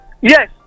yes